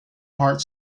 heart